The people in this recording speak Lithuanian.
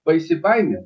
baisi baimė